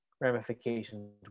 ramifications